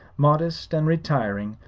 modest and retiring,